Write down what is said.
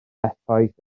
effaith